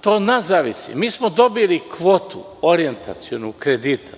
To od nas zavisi. Mi smo dobili kvotu orijentacionu kredita